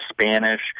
Spanish